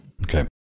okay